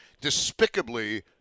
despicably